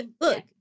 look